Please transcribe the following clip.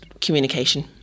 communication